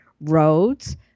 roads